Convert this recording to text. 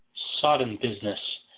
sodden business!